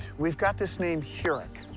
we've got this name, hurech,